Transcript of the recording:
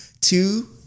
two